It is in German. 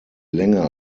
länger